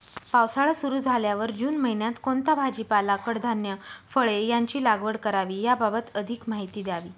पावसाळा सुरु झाल्यावर जून महिन्यात कोणता भाजीपाला, कडधान्य, फळे यांची लागवड करावी याबाबत अधिक माहिती द्यावी?